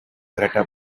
greta